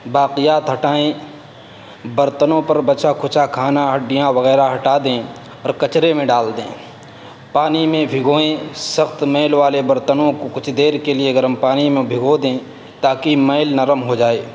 باقیات ہٹائیں برتنوں پر بچا کھچا کھانا ہڈیاں وغیرہ ہٹا دیں اور کچرے میں ڈال دیں پانی میں بھگوئیں سخت میل والے برتنوں کو کچھ دیر کے لیے گرم پانی میں بھگو دیں تا کہ میل نرم ہو جائے